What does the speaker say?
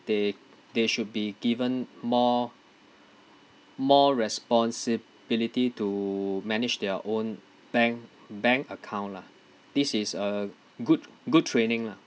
they they should be given more more responsibility to manage their own bank bank account lah this is a good good training lah